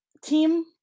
team